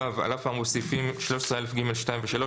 (ו) על אף האמור בסעיפים 13א(ג)(2) ו-(3),